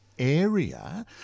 area